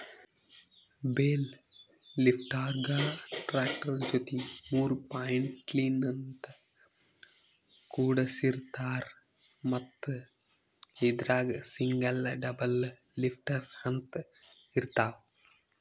bale ಲಿಫ್ಟರ್ಗಾ tractor ಜೊತಿ ಮೂರ್ ಪಾಯಿಂಟ್ಲಿನ್ತ್ ಕುಡಸಿರ್ತಾರ್ ಮತ್ತ್ ಇದ್ರಾಗ್ ಸಿಂಗಲ್ ಡಬಲ್ ಲಿಫ್ಟರ್ ಅಂತ್ ಇರ್ತವ್